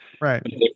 Right